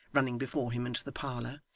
running before him into the parlour.